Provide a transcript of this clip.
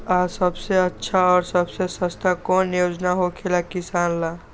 आ सबसे अच्छा और सबसे सस्ता कौन योजना होखेला किसान ला?